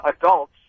adults